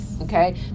okay